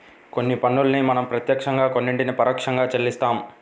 కొన్ని పన్నుల్ని మనం ప్రత్యక్షంగా కొన్నిటిని పరోక్షంగా చెల్లిస్తాం